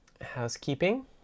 housekeeping